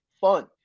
fun